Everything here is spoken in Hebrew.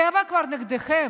הטבע כבר נגדכם,